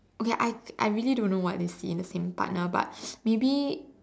okay I I really don't know what they see in the same partner but maybe